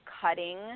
cutting